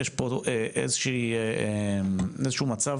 יש פה איזשהו מצב